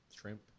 shrimp